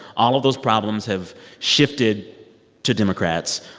all of those problems have shifted to democrats.